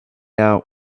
out